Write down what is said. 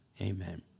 amen